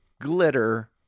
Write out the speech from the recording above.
glitter